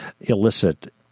illicit